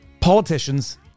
Politicians